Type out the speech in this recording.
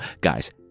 Guys